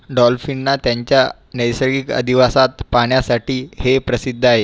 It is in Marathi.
डॉल्फिनना त्यांच्या नैसर्गिक अधिवासात पाहण्यासाठी हे प्रसिद्ध आहे